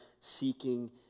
seeking